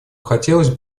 хотелось